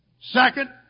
Second